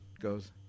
goes